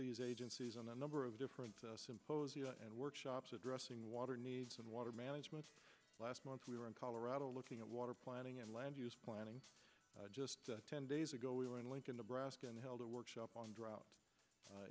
these agencies on a number of different symposia and workshops addressing water needs and water management last month we were in colorado looking at water planning and land use planning just ten days ago we were in lincoln nebraska and held a workshop on drought